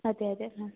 അതെയതെ ആ